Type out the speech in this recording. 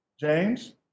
James